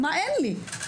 מה אין לי?